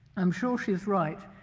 i'm sure she's right.